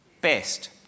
best